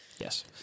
Yes